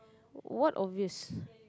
what obvious